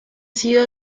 sido